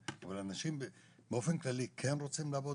אבל אנשים באופן כללי כן רוצים לעבוד,